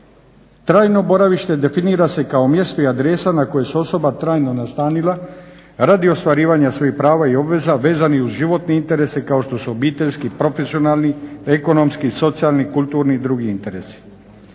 Trajno boravište definira se kao mjesto i adresa na koje se osoba trajno nastanila radi ostvarivanja svojih prava i obveza vezanih uz životne interese kao što su obiteljski, profesionalni, ekonomski, socijalni, kulturni i drugi interesi.